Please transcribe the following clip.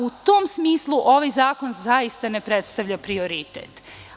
U tom smislu ovaj zakon ne predstavlja prioritet.